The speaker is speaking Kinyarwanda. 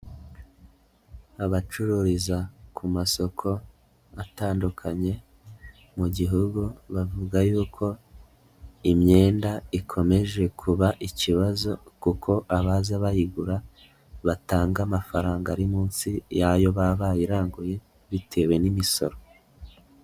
Abacururiza ku masoko atandukanye mu Gihugu bavuga yuko imyenda ikomeje kuba ikibazo kuko abaza bayigura batanga amafaranga ari munsi y'ayo baba bayiranguye bitewe n'imisoro.